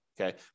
okay